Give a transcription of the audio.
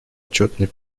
отчетный